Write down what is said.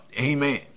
Amen